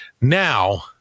Now